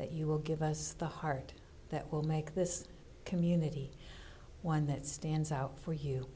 that you will give us the heart that will make this community one that stands out for you